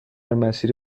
مسیری